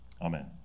Amen